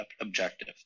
objective